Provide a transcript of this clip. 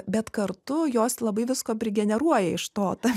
bet kartu jos labai visko prigeneruoja iš to ta